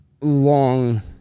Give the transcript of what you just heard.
long